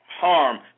harm